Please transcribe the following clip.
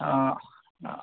অঁ